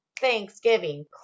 Thanksgiving